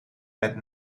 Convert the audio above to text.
met